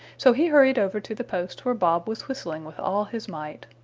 so he hurried over to the post where bob was whistling with all his might.